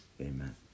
amen